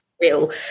real